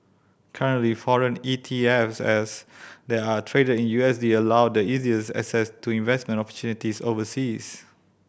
currently foreign E T F s that are traded in U S D allow the easiest access to investment opportunities overseas